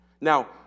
Now